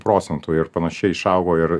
procentų ir panašiai išaugo ir